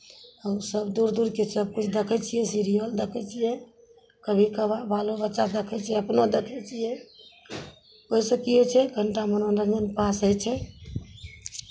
हमसभ दूर दूरके सभकिछु देखै छियै सीरियल देखै छियै कभी कभार बालो बच्चा देखै छै अपनो देखै छियै ओहिसँ की होइ छै कनि टा मनोरञ्जन पास होइ छै